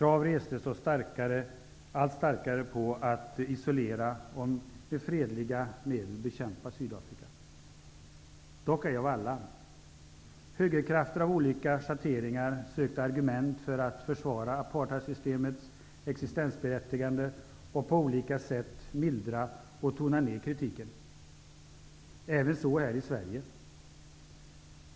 Allt starkare krav restes på att isolera och med fredliga medel bekämpa Sydafrika, dock ej av alla. Högerkrafter av olika schatteringar sökte argument för att försvara apartheidsystemets existensberättigande och på olika sätt mildra och tona ner kritiken. Det skedde även här i Sverige.